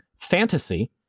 fantasy